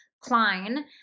Klein